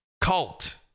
cult